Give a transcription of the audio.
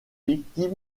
victimes